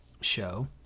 show